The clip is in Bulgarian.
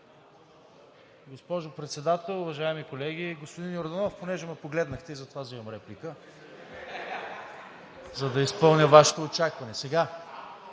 Госпожо Председател, уважаеми колеги! Господин Йорданов, понеже ме погледнахте и затова вземам реплика, за да изпълня Вашето очакване.